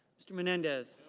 mr. menendez.